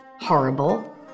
horrible